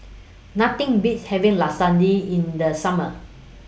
Nothing Beats having Lasagne in The Summer